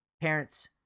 parents